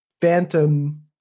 phantom